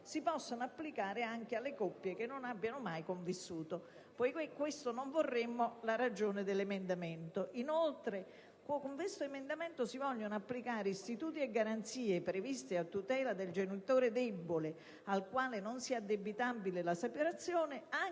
si possano applicare anche alle coppie che non abbiano mai convissuto. Poiché non vorremo questo, ecco la ragione di questo emendamento. Inoltre, con l'emendamento in esame si vogliono applicare istituti e garanzie previsti a tutela del genitore debole al quale non sia addebitabile la separazione